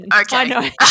Okay